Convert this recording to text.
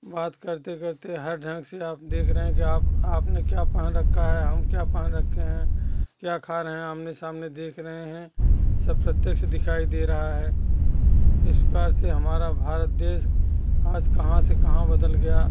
बात करते करते हर ढंग से आप देख रहे हैं कि आप आपने क्या पहन रखा है हम क्या पहन रखे हैं क्या खा रहे आमने सामने देख रहे हैं सब पत्ते से दिखाई दे रहा है इस प्रकार हमारा भारत देश आज कहाँ से कहाँ बदल गया